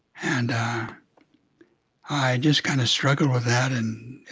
and i just kind of struggled with that, and